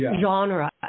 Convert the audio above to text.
genre